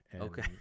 Okay